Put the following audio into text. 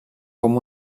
com